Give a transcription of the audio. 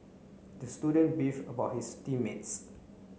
the student beefed about his team mates